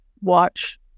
watch